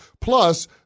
Plus